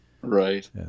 Right